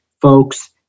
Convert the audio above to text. folks